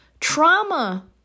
trauma